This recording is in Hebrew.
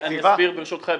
אני אסביר ברשותכם.